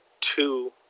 Two